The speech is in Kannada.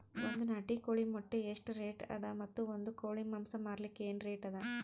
ಒಂದ್ ನಾಟಿ ಕೋಳಿ ಮೊಟ್ಟೆ ಎಷ್ಟ ರೇಟ್ ಅದ ಮತ್ತು ಒಂದ್ ಕೋಳಿ ಮಾಂಸ ಮಾರಲಿಕ ಏನ ರೇಟ್ ಅದ?